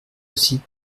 aussi